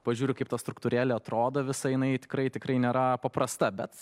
pažiūri kaip ta struktūra atrodo visa jinai tikrai tikrai nėra paprasta bet